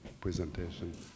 presentation